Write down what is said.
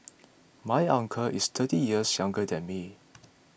my uncle is thirty years younger than me